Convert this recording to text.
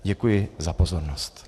Děkuji za pozornost.